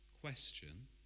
question